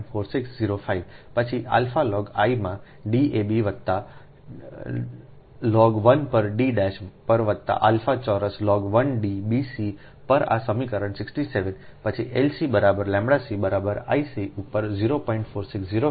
4605 પછી alpha log ૧ માં D ab વત્તા લોગ ૧ પર D પર વત્તા આલ્ફા ચોરસ લોગ ૧ D bc પર આ સમીકરણ 67 પછી LC બરાબરλcબરાબરI c ઉપર 0